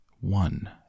one